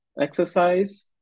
exercise